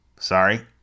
sorry